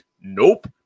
Nope